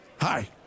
Hi